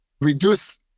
reduce